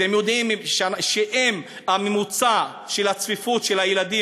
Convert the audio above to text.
אתם יודעים שאם הממוצע של צפיפות הילדים